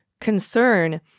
concern